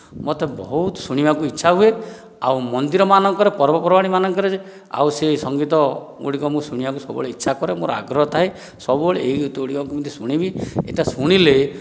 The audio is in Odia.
ମୋତେ ବହୁତ ଶୁଣିବାକୁ ଇଚ୍ଛା ହୁଏ ଆଉ ମନ୍ଦିର ମାନଙ୍କରେ ପର୍ବ ପର୍ବାଣି ମାନଙ୍କରେ ଆଉ ସେ ସଙ୍ଗୀତ ଗୁଡ଼ିକ ମୁଁ ସବୁବେଳେ ଶୁଣିବାକୁ ଇଚ୍ଛା କରେ ମୋର ଆଗ୍ରହ ଥାଏ ସବୁବେଳେ ଏହି ଗୀତ ଗୁଡିକ କେମିତି ଶୁଣିବି ଏହିଟା ଶୁଣିଲେ